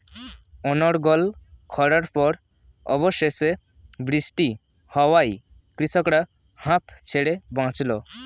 অনর্গল খড়ার পর অবশেষে বৃষ্টি হওয়ায় কৃষকরা হাঁফ ছেড়ে বাঁচল